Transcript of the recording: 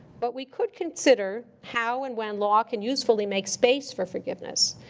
but we could consider how and when law can usefully make space for forgiveness.